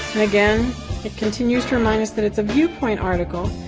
again it continues to remind us that it's a viewpoint article.